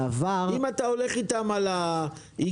אם אתה הולך איתם על האיגרת,